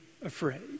afraid